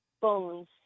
bones